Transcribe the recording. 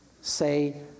say